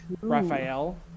Raphael